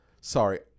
sorry